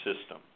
system